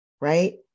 right